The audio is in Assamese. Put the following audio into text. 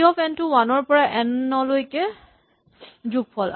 T of n to one ৰ পৰা এন লৈকে যোগফল